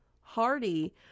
Hardy